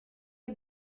est